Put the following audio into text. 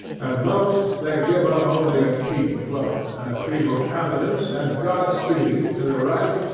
at most, they give up only a cheap vote, and a feeble countenance and godspeed, to the right,